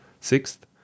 Sixth